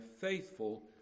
faithful